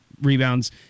rebounds